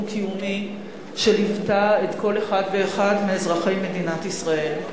קיומי שליוותה את כל אחד ואחד מאזרחי מדינת ישראל.